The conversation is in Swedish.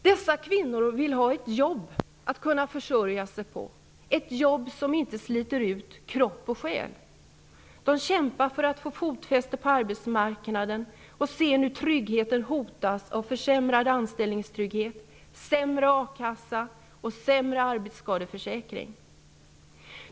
Dessa kvinnor vill ha ett jobb som de kan försörja sig på, ett jobb som inte sliter ut kropp och själ. De kämpar för att få fotfäste på arbetsmarknaden och ser nu tryggheten hotas av en försämrad anställningstrygghet, en sämre a-kassa och en sämre arbetsskadeförsäkring.